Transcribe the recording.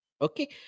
Okay